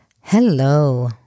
Hello